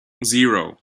zero